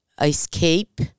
escape